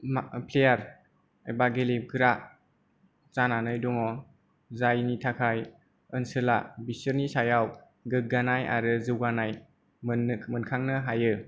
player एबा गेलेग्रा जानानै दङ जायनि थाखाय ओनसोला बिसोरनि सायाव गोग्गानाय आरो जौगानाय मोनखांनो हायो